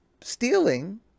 stealing